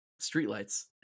Streetlights